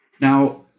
Now